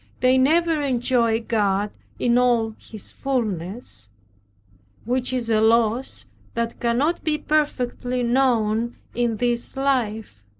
they never enjoy god in all his fullness which is a loss that cannot be perfectly known in this life.